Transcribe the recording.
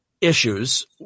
issues